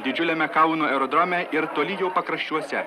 didžiuliame kauno aerodrome ir toli jo pakraščiuose